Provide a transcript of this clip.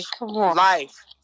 life